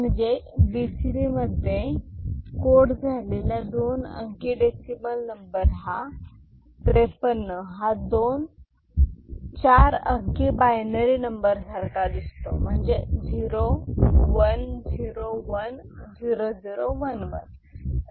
म्हणजे बीसीडी मध्ये कोड झालेला दोन अंकी डेसिमल नंबर 53 हा दोन 4 अंकी बायनरी नंबर सारखा दिसतो 0 1 0 1 0 0 1 1